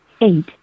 eight